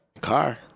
Car